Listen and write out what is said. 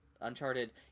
Uncharted